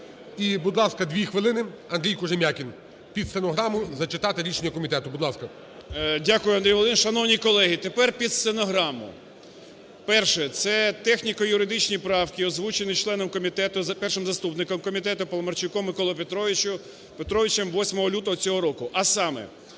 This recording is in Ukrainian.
І, будь ласка, 2 хвилини Андрій Кожем'якін під стенограму зачитати рішення комітету. Будь ласка. 10:41:32 КОЖЕМ’ЯКІН А.А. Дякую, Андрій Володимирович. Шановні колеги, тепер під стенограму. Перше - це техніко-юридичні правки, озвучені членом комітету, першим заступником комітету Паламарчуком Миколою Петровичем 8 лютого цього року, а саме: